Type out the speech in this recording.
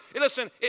Listen